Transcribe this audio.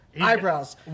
eyebrows